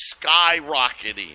skyrocketing